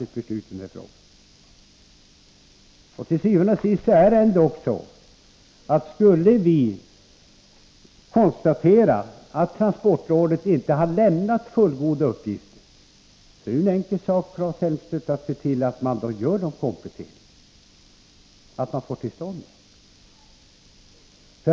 Til syvende og sidst är det ändå så att om man skulle konstatera att transportrådet inte har lämnat fullgoda uppgifter, då är det en enkel sak att se till att få till stånd kompletteringar.